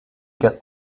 get